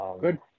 Good